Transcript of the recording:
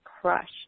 crushed